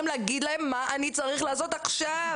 להגיד להם מה אני צריך לעשות עכשיו.